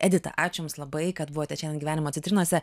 edita ačiū jums labai kad buvote šiandien gyvenimo citrinose